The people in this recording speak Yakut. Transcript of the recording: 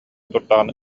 турдаҕына